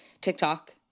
tiktok